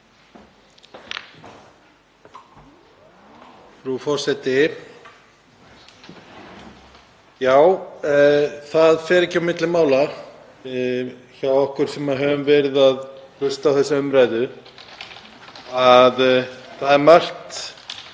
Frú forseti. Það fer ekki á milli mála hjá okkur sem höfum verið að hlusta á þessa umræðu að það er margt